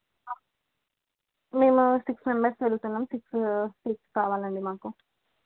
మేము six members వెళ్తున్నాము six six కావాలండి మాకు